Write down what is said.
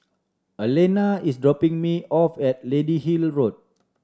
Allena is dropping me off at Lady Hill Road